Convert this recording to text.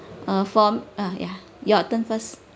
uh form uh ya your turn first